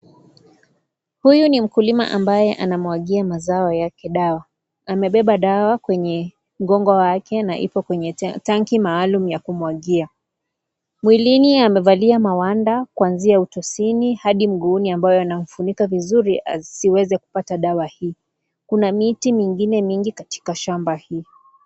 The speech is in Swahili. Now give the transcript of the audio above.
Huyu ni mkulima ambaye anamwagia mazao yake dawa. Amebeba dawa kwenye mgongo wake na iko kwenye tanki maalum ya kumwagia. Mwilini amevalia mawanda kuanzia utosini hadi mguuni ambayo yanamfunika vizuri asiweze kupata dawa hii. Kuna miti mingine mingi katika shamba hii.